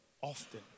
often